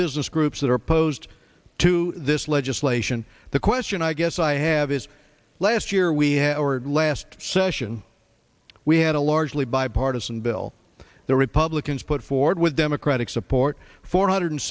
business groups that are opposed to this legislation the question i guess i have is last year we had our last session we had a largely bipartisan bill the republicans put forward with democratic support four hundred